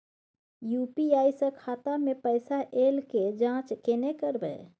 UPI स खाता मे पैसा ऐल के जाँच केने करबै?